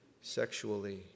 sexually